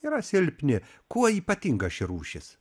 yra silpni kuo ypatinga ši rūšis